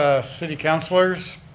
ah city counselors,